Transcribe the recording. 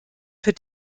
für